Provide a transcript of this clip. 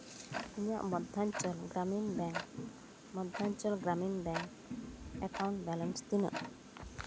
ᱤᱧᱟᱹᱜ Madhyanchal Gramin bank Madhyanchal Gramin bank account balance ᱛᱤᱱᱟᱹᱜ